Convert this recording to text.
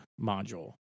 module